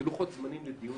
זה לוחות-זמנים אחרים לדיון,